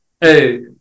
Hey